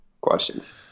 Questions